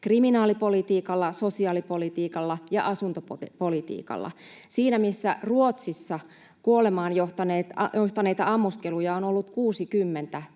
kriminaalipolitiikalla, sosiaalipolitiikalla ja asuntopolitiikalla. Siinä missä Ruotsissa kuolemaan johtaneita ammuskeluja on ollut 60 tähän